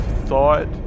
thought